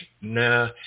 Nah